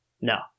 No